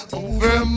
over